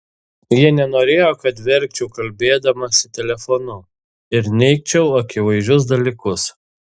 ji nenorėjo kad verkčiau kalbėdamasi telefonu ir neigčiau akivaizdžius dalykus